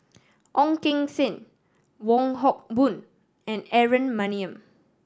Ong Keng Sen Wong Hock Boon and Aaron Maniam